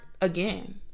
again